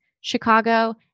Chicago